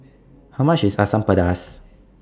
How much IS Asam Pedas